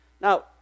Now